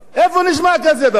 איפה נשמע כזה דבר?